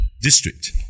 district